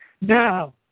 Now